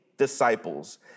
disciples